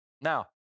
Now